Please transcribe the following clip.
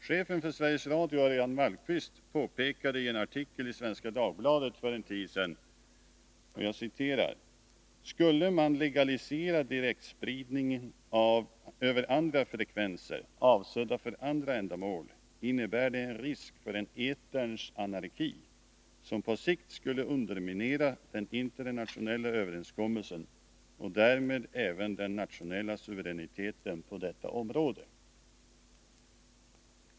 Chefen för Sveriges Radio, Örjan Wallqvist, påpekade i en artikel i Svenska Dagbladet för en tid sedan att om man skulle legalisera direktsprid ning över andra frekvenser, avsedda för andra ändamål, skulle det innebära en risk för en eterns anarki som på sikt skulle underminera den internationella överenskommelsen och därmed även den nationella suveräniteten på detta område.